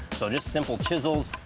so just simple chisels,